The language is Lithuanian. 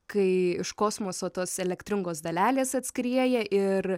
kai iš kosmoso tos elektringos dalelės atskrieja ir